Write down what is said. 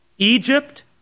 Egypt